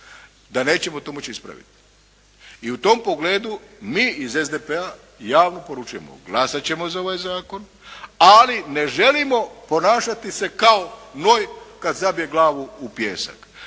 da nećemo to moći ispraviti. I u tom pogledu mi iz SDP-a javno poručujemo glasat ćemo za ovaj Zakon, ali ne želimo ponašati se kao noj kad zabije glavu u pijesak.